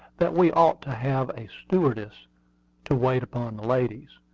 that we ought to have a stewardess to wait upon the ladies.